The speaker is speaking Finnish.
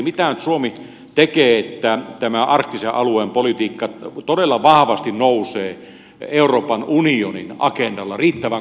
mitä nyt suomi tekee että tämä arktisen alueen politiikka todella vahvasti nousee euroopan unionin agendalla riittävän korkealle tasolle